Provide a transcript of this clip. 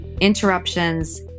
interruptions